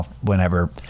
whenever